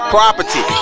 Property